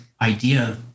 idea